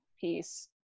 piece